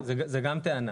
זה גם טענה.